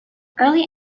early